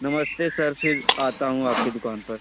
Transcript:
नमस्ते सर फ़िर आता हूँ आपकी दुकान पर